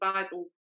Bible